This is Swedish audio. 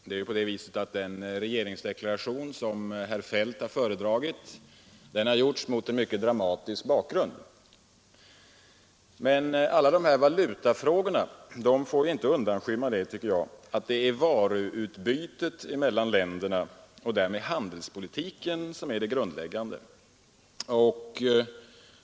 Fru talman! Den regeringsdeklaration, som herr Feldt har föredragit, har gjorts mot en mycket dramatisk bakgrund. Men valutafrågorna får inte undanskymma att det är varuutbytet mellan länderna och därmed handelspolitiken som är grundläggande.